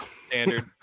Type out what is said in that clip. standard